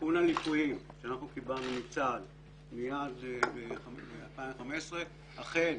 בתיקון הליקויים שאנחנו קיבלנו מצה"ל ב-2015 אכן,